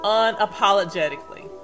unapologetically